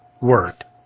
word